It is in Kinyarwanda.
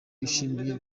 yishimiye